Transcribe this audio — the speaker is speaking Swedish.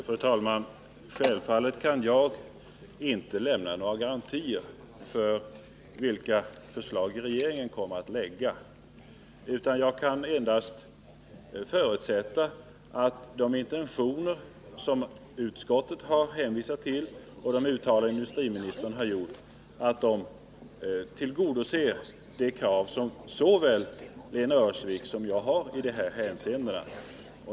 Fru talman! Självfallet kan jag inte lämna några garantier när det gäller vilka förslag regeringen kommer att lägga fram, utan jag kan endast förutsätta att de intentioner som regeringen har och som utskottet har hänvisat till och de uttalanden industriministern har gjort tillgodoser de krav som såväl Lena Öhrsvik som jag ställer i dessa hänseenden.